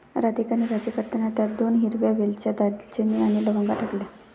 राधिकाने भाजी करताना त्यात दोन हिरव्या वेलच्या, दालचिनी आणि लवंगा टाकल्या